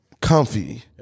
Comfy